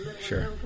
Sure